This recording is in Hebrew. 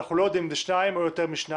אנחנו לא יודעים אם זה שניים או יותר משניים,